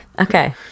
Okay